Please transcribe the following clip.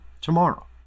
tomorrow